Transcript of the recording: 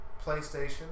PlayStation